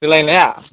गेलायनाया